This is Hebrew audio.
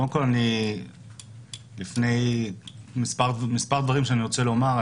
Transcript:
קודם כל אני לפני מספר דברים שאני רוצה לומר,